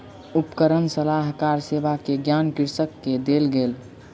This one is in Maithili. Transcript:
उपकरण सलाहकार सेवा के ज्ञान कृषक के देल गेल